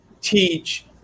Teach